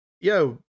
yo